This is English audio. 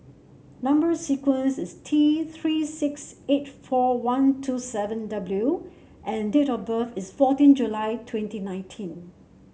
number sequence is T Three six eight four one two seven W and date of birth is fourteen July twenty nineteen